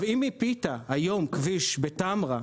אם מיפית, היום, כביש בטמרה,